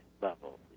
level